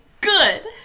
Good